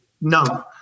No